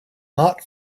not